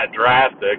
drastic